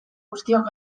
guztiok